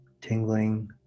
tingling